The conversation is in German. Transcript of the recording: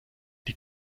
die